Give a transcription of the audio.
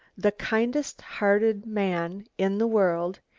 the kindest-hearted man in the world,